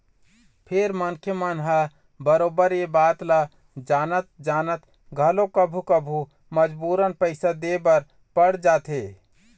फेर मनखे मन ह बरोबर ये बात ल जानत जानत घलोक कभू कभू मजबूरन पइसा दे बर पड़ जाथे